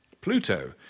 Pluto